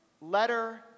letter